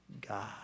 God